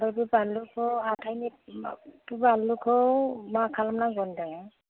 ओमफ्राय बे बानलुखौ हाथायनि मा बे बानलुखौ मा खालामनांगौ होनदों